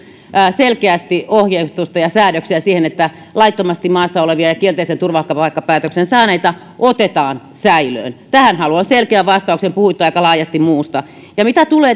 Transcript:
selkeästi ohjeistusta ja säädöksiä siitä että laittomasti maassa olevia ja kielteisen turvapaikkapäätöksen saaneita otetaan säilöön tähän haluan selkeän vastauksen puhuitte aika laajasti muusta ja mitä tulee